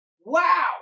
Wow